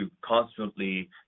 constantly